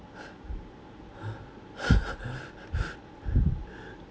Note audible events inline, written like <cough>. <laughs>